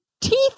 teeth